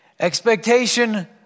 Expectation